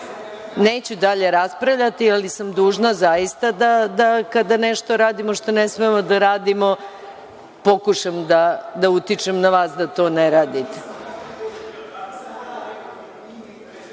dalje raspravljati, ali sam dužna da kada nešto radimo, što ne smemo da radimo, pokušam da utičem na vas da to ne radite.(Balša